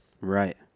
Right